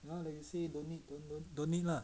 now that you say don't need don't need lah